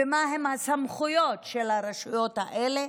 ומהן הסמכויות של הרשויות האלה,